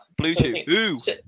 Bluetooth